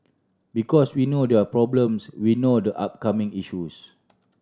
because we know their problems we know the upcoming issues